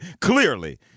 clearly